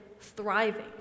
thriving